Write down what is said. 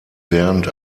während